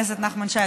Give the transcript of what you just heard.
חבר הכנסת נחמן שי,